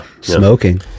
smoking